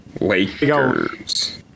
Lakers